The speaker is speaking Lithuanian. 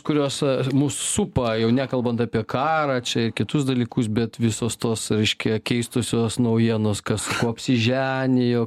kurios mus supa jau nekalbant apie karą čia kitus dalykus bet visos tos reiškia keistosios naujienos kas apsiženijo